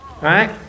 right